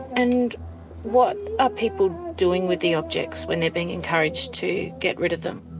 and what are people doing with the objects when they're being encouraged to get rid of them?